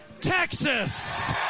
Texas